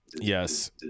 Yes